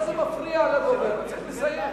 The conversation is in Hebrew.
זה מפריע לדובר, הוא צריך לסיים.